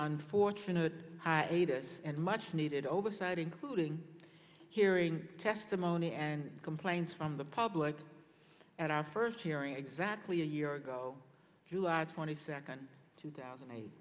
unfortunate hiatus and much needed oversight including hearing testimony and complaints from the public at our first hearing exactly a year ago july twenty second two thousand and eight